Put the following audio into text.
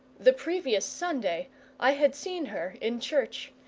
the previous sunday i had seen her in church,